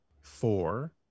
four